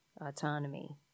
autonomy